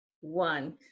one, (